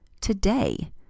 today